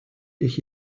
ich